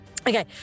Okay